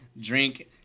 Drink